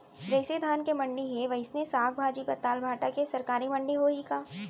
जइसे धान के मंडी हे, वइसने साग, भाजी, पताल, भाटा के सरकारी मंडी होही का?